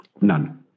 None